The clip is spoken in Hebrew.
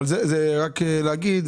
אבל רק להגיד,